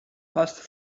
passed